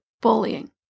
bullying